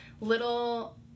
little